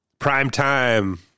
Primetime